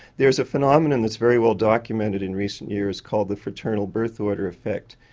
there is a phenomenon that is very well documented in recent years called the fraternal birth order effect.